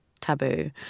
taboo